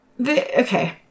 Okay